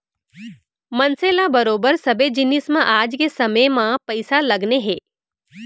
मनसे ल बरोबर सबे जिनिस म आज के समे म पइसा लगने हे